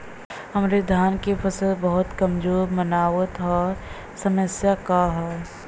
हमरे धान क फसल बहुत कमजोर मनावत ह समस्या का ह?